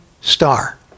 star